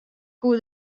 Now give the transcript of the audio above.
koe